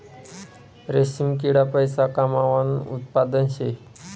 रेशीम किडा पैसा कमावानं उत्पादन शे